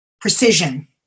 precision